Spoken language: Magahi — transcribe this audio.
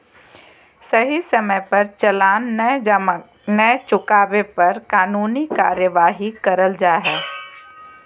सही समय पर चालान नय चुकावे पर कानूनी कार्यवाही करल जा हय